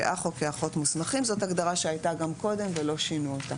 כאח או כאחות מוסמכים," זאת הגדרה שהייתה גם קודם ולא שינו אותה.